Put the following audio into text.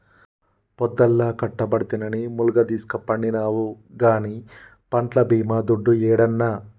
పొద్దల్లా కట్టబడితినని ములగదీస్కపండినావు గానీ పంట్ల బీమా దుడ్డు యేడన్నా